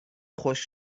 خشک